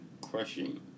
crushing